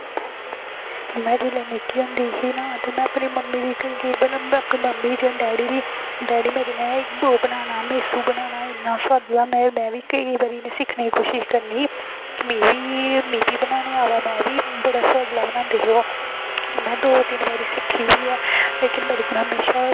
में जेल्लै निक्की होंदी ही ना में अपनी मम्मी मम्मी जां डैडी मेरे नै इन्ना सोआदला मेसू बनाना में बी केईं बारी सिक्खने दी कोशिश करनी कि मिगी बनाने गी आवै बड़ा सोआदला बनांदे हे ओह् ते में दो तिन बारी सिक्खी बी ऐ पर मेरे कोला हमेशा